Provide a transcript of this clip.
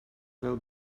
fel